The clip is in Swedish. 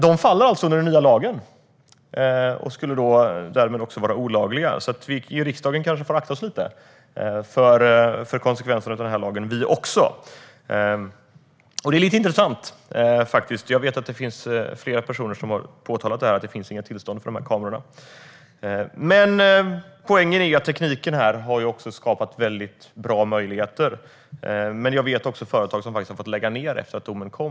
De faller alltså under den nya lagen och skulle därmed också vara olagliga. Vi i riksdagen kanske får akta oss lite för konsekvenserna av denna lag, vi också! Detta är lite intressant, och jag vet att det finns flera personer som har påtalat att det inte finns några tillstånd för de här kamerorna. Poängen är att tekniken också har skapat bra möjligheter. Men jag känner också till företag som har fått läggas ned efter det att domen kom.